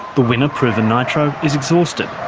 the winner, proven nitro, is exhausted,